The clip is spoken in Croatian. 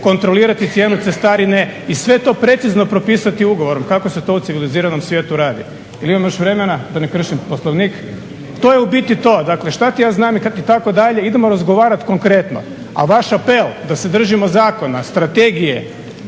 kontrolirati cijenu cestarine i sve to precizno propisati ugovorom kako se to u civiliziranom svijetu radi. Jel' imam još vremena? Da ne kršim Poslovnik. To je u biti to. Dakle, što ti ja znam itd., idemo razgovarati konkretno. A vaš apel da se držimo zakona, strategije